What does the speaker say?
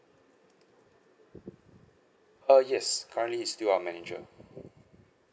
uh yes currently he's still our manager